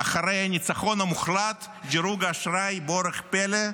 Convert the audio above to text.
אחרי הניצחון המוחלט דירוג האשראי, באורח פלא,